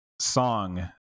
song